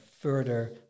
further